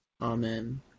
Amen